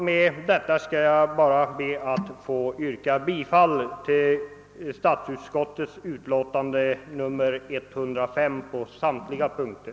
Med det sagda ber jag att få yrka bifall till statsutskottets utlåtande nr 105 på samtliga punkter.